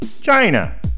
China